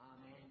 Amen